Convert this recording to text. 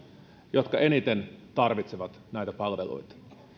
jotka eniten tarvitsevat näitä palveluita